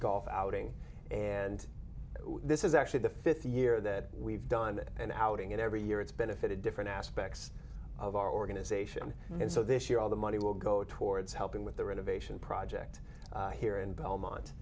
golf outing and this is actually the fifth year that we've done an outing every year it's benefited different aspects of our organization and so this year all the money will go towards helping with the renovation project here in belmont